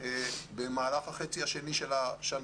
יורחב, את הרמז הבנו.